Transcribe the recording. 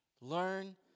Learn